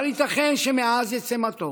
אבל ייתכן שמעז יצא מתוק,